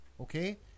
okay